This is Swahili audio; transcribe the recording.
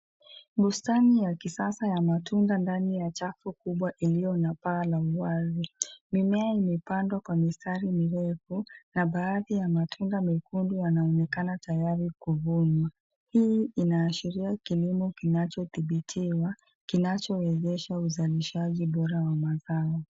Bustani ya kisasa ya matunda ndani ya chafu kubwa iliyo na paa la uwazi. Mimea imepandwa kwa mistari mirefu na baadhi ya matunda mekundu yanaonekana tayari kuvunwa. Hii inaashiria kilimo kinachodhibitiwa, kinachowezesha uzalishaji bora wa mazao.